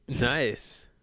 Nice